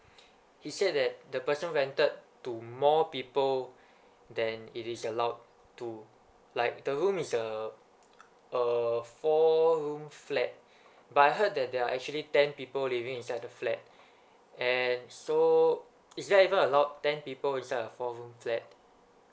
he said that the person rented to more people than it is allowed to like the room is uh a four room flat but I heard that there are actually ten people living inside the flat and so is that even allowed ten people inside a four room flat